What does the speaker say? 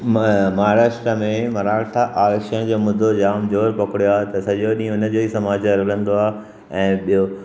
मां माहराष्ट्र में मराठा आरक्षण जो मुद्दो जामु जोरु पकड़ियो आहे त सॼो ॾींहुं हुन जे ई समाज हलंदो आहे ऐं ॿियो